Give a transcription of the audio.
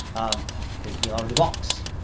um thinking out of the box,